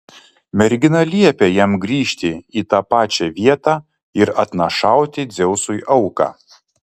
mergina liepė jam grįžti į tą pačią vietą ir atnašauti dzeusui auką